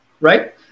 right